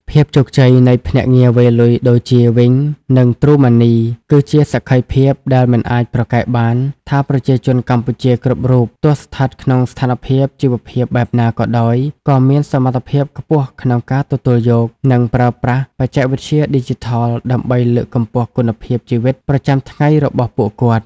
ភាពជោគជ័យនៃភ្នាក់ងារវេរលុយដូចជា វីង (Wing) និង ទ្រូម៉ាន់នី (TrueMoney) គឺជាសក្ខីភាពដែលមិនអាចប្រកែកបានថា ប្រជាជនកម្ពុជាគ្រប់រូប ទោះស្ថិតក្នុងស្ថានភាពជីវភាពបែបណាក៏ដោយ ក៏មានសមត្ថភាពខ្ពស់ក្នុងការទទួលយក និងប្រើប្រាស់បច្ចេកវិទ្យាឌីជីថល ដើម្បីលើកកម្ពស់គុណភាពជីវិតប្រចាំថ្ងៃរបស់ពួកគាត់។